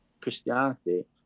Christianity